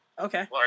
Okay